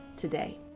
today